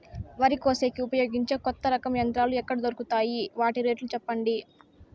వరి కోసేకి ఉపయోగించే కొత్త రకం యంత్రాలు ఎక్కడ దొరుకుతాయి తాయి? వాటి రేట్లు చెప్పండి?